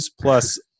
plus